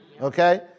Okay